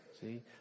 See